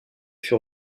fut